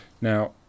Now